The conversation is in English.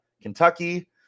Kentucky